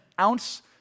ounce